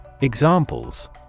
Examples